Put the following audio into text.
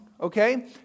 okay